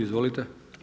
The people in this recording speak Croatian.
Izvolite.